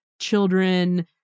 children